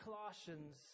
Colossians